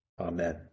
Amen